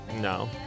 No